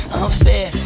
unfair